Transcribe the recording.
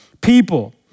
people